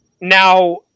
now